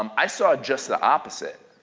um i saw just the opposite.